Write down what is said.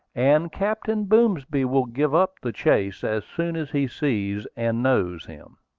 and captain boomsby will give up the chase as soon as he sees and knows him.